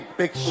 big